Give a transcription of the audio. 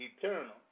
eternal